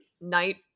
night